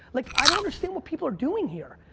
like, i don't understand what people are doing here.